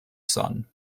sun